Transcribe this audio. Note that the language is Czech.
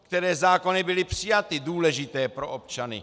Které zákony byly přijaty, důležité pro občany?